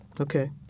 Okay